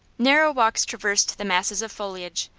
narrow walks traversed the masses of foliage,